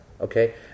Okay